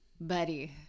buddy